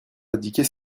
indiquer